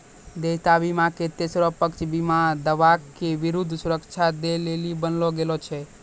देयता बीमा के तेसरो पक्ष बीमा दावा के विरुद्ध सुरक्षा दै लेली बनैलो गेलौ छै